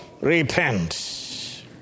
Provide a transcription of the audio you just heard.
repent